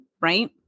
right